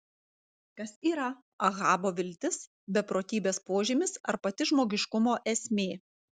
kas yra ahabo viltis beprotybės požymis ar pati žmogiškumo esmė